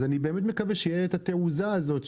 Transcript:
אז אני באמת מקווה שתהיה את התעוזה הזאת,